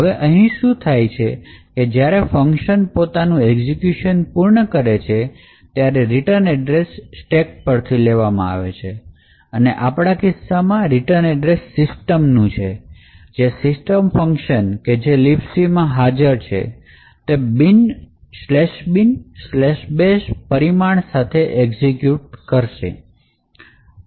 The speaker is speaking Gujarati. હવે અહીં શું થાય છે કે જ્યારે ફંકશન પોતાનું એક્ઝિક્યુશન પૂર્ણ કરે છે ત્યારે રીટન એડ્રેસ સ્ટેક પરથી લેવામાં આવે છે અને આપણા કિસ્સામાં રીટન એડ્રેસ systemનું છે કે જે system ફંકશન કે જે libc માં હાજર છે તે binbash પરિમાણ સાથે એક્ઝિક્યુટ કરશે